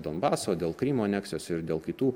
donbaso dėl krymo aneksijos ir dėl kitų